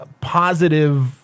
positive